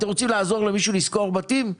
אתם רוצים לעזור למישהו לשכור בתים?